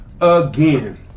again